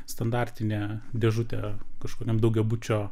standartinė dėžutė kažkuriam daugiabučio